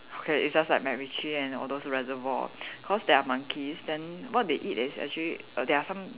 okay it's just like MacRitchie and all those reservoir cause there are monkeys then what they eat is actually err there are some